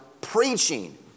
preaching